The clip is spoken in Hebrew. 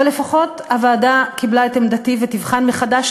אבל לפחות הוועדה קיבלה את עמדתי ותבחן מחדש